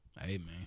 Amen